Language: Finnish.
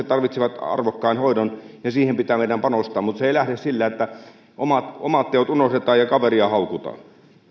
tarvitsevat arvokkaan hoidon ja siihen pitää meidän panostaa mutta se ei lähde sillä että omat teot unohdetaan ja kaveria haukutaan